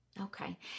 okay